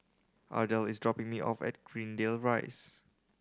Ardell is dropping me off at Greendale Rise